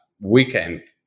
weekend